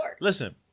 listen